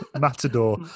matador